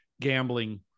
gambling